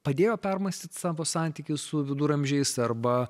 padėjo permąstyt savo santykius su viduramžiais arba